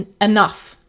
enough